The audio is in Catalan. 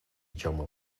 jaume